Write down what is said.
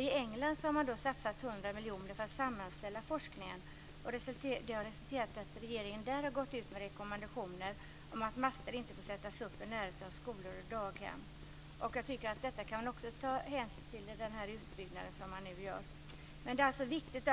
I England har 100 miljoner satsats på att sammanställa forskning, och det har resulterat i att regeringen där har gått ut med rekommendationer att master inte får sättas upp i närheten av skolor och daghem. Jag tycker att man bör ta hänsyn också till detta vid den utbyggnad som man nu gör.